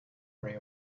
worry